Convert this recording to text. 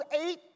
eight